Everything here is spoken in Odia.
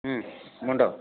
ହୁଁ ମୁଣ୍ଡ